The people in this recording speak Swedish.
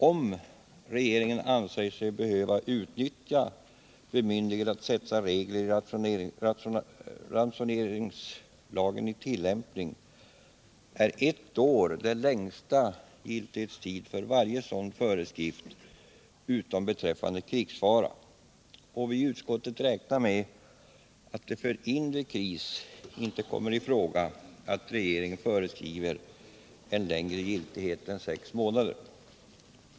Om regeringen anser sig behöva utnyttja bemyndigandet att sätta regler i ransoneringslagen i tillämpning är ett år den längsta giltighetstiden för varje sådan föreskrift, utom beträffande krigsfara. Vi i utskottet räknar med att det för inre kris inte kommer i fråga att regeringen föreskriver om längre giltighet än sex månader.